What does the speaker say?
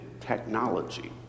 technology